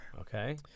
Okay